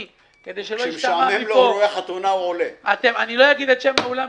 לא אגיד את שם האולם.